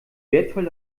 wertvoll